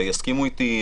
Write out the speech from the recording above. ויסכימו איתי,